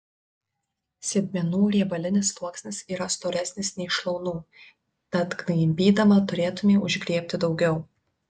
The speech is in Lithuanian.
sėdmenų riebalinis sluoksnis yra storesnis nei šlaunų tad gnaibydama turėtumei užgriebti daugiau